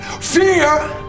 Fear